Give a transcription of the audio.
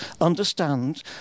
understand